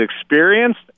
experienced